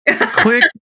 Click